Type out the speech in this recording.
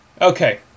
Okay